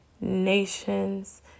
nations